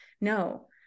no